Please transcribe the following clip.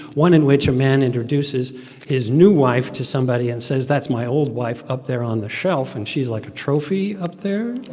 one in which a man introduces his new wife to somebody and says, that's my old wife up there on the shelf, and she's, like, a trophy up there,